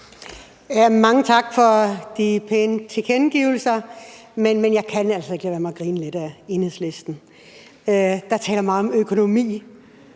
Mange tak for de pæne tilkendegivelser. Jeg kan altså ikke lade være med at grine lidt af Enhedslisten, der taler meget om økonomi.